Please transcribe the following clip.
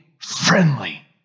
friendly